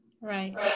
Right